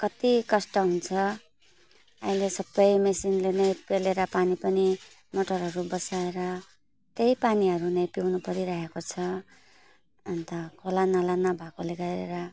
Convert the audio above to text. कति कष्ट हुन्छ अहिले सबै मेसिनले नै पेलेर पानी पनि मोटरहरू बसाएर त्यही पानीहरू नै पिउनु परिरहेको छ अन्त खोलानाला नभएकोले गरेर